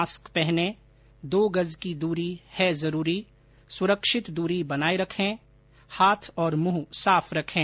mask पहनें दो गज की दूरी है जरूरी सुरक्षित दूरी बनाए रखें हाथ और मुंह साफ रखें